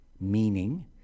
meaning